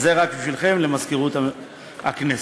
זה רק בשבילכם, למזכירות הכנסת.